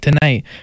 Tonight